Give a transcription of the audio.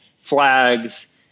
flags